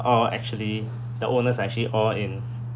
all actually the owners are actually all in